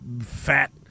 fat